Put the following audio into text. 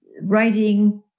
Writing